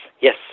yes